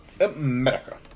America